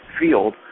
field